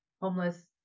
homeless